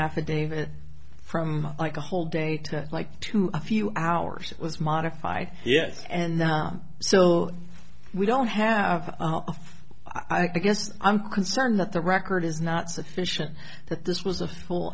affidavit from like a whole date like to a few hours was modified yes and so we don't have i guess i'm concerned that the record is not sufficient that this was a full